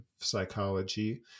psychology